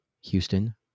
Houston